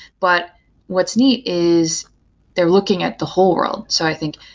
but what's neat is they're looking at the whole wor ld. so i think,